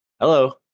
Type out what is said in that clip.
Hello